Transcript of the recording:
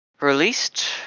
released